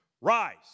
Rise